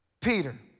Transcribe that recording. Peter